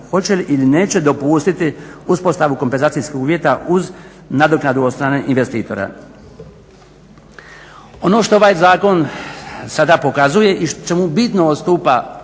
hoće li ili neće dopustiti uspostavu kompenzacijskih uvjeta uz nadoknadu od strane investitora. Ono što ovaj zakon sada pokazuje i čemu bitno odstupa